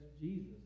Jesus